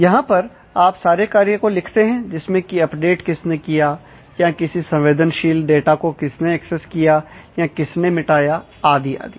यहां पर आप सारे कार्य को लिखते हैं जिसमें की अपडेट किसने किया या किसी संवेदनशील डाटा को किसने एक्सेस किया या किसने मिटाया आदि आदि